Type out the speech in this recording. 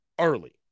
early